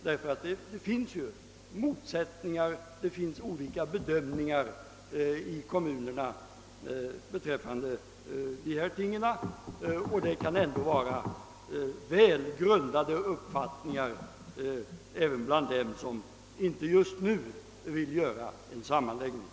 Det finns motsättningar och olika bedömningar i kommunerna beträffande dessa ting, och även de som inte just nu vill göra en sammanläggning kan ha välgrundade motiv för sin ståndpunkt.